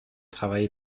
travail